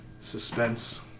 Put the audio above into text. suspense